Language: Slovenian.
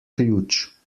ključ